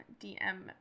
DM